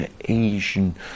Asian